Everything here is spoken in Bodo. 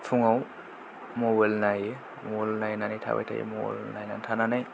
फुङाव मबाइल नायो मबाइल नायनानै थाबाय थायो मबाइल नायनानै थानानै